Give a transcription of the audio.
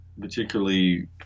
particularly